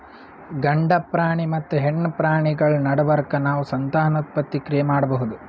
ಗಂಡ ಪ್ರಾಣಿ ಮತ್ತ್ ಹೆಣ್ಣ್ ಪ್ರಾಣಿಗಳ್ ನಡಬರ್ಕ್ ನಾವ್ ಸಂತಾನೋತ್ಪತ್ತಿ ಕ್ರಿಯೆ ಮಾಡಬಹುದ್